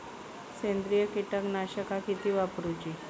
सेंद्रिय कीटकनाशका किती वापरूची?